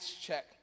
check